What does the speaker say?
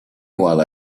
while